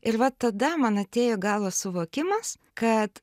ir va tada man atėjo į galvą suvokimas kad